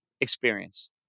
experience